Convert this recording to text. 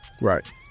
Right